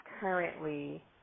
currently